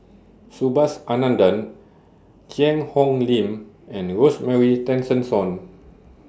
Subhas Anandan Cheang Hong Lim and Rosemary Tessensohn